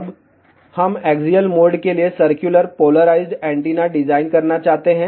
अब हम axial mode के लिए सर्कुलर पोलराइज्ड एंटीना डिजाइन करना चाहते हैं